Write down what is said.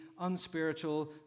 unspiritual